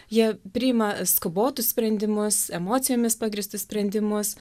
jie priima skubotus sprendimus emocijomis pagrįstus sprendimus